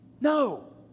No